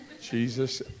Jesus